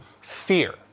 fear